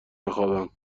بخوابم